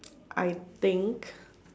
I think